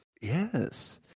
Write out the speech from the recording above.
yes